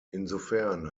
insofern